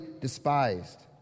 despised